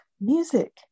music